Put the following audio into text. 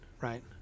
right